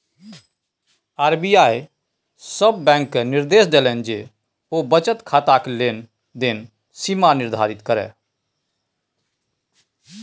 RBI सभ बैंककेँ निदेर्श देलनि जे ओ बचत खाताक लेन देनक सीमा निर्धारित करय